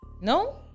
no